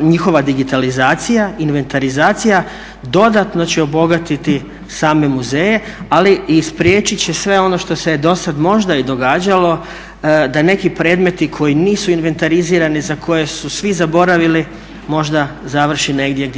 njihova digitalizacija, invertarizacija dodatno će obogatiti same muzeje ali i spriječiti će sve ono što se je do sada možda i događalo da neki predmeti koji nisu invertarizirani, za koje su svi zaboravili možda završi negdje